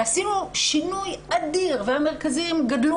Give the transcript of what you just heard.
ועשינו שינוי אדיר והמרכזים גדלו